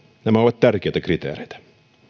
nämä ovat tärkeitä kriteereitä